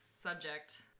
subject